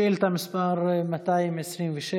שאילתה מס' 227,